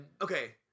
okay